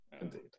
Indeed